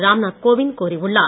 ராம்நாத் கோவிந்த் கூறியுள்ளார்